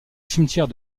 cimetière